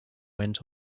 went